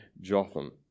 Jotham